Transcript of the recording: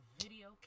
video